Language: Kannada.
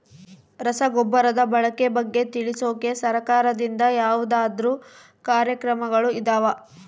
ರಸಗೊಬ್ಬರದ ಬಳಕೆ ಬಗ್ಗೆ ತಿಳಿಸೊಕೆ ಸರಕಾರದಿಂದ ಯಾವದಾದ್ರು ಕಾರ್ಯಕ್ರಮಗಳು ಇದಾವ?